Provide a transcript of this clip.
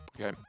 Okay